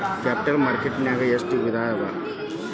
Capital market ನ್ಯಾಗ್ ಎಷ್ಟ್ ವಿಧಾಅವ?